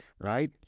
right